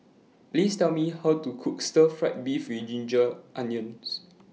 Please Tell Me How to Cook Stir Fried Beef with Ginger Onions